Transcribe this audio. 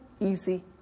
easy